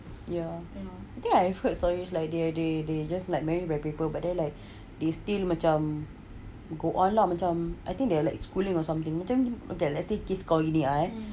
ya I think I've heard stories like they they they just like marry by paper but they still macam go on lah macam I think they are like schooling or something macam let's say kes kalau ni ah